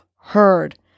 heard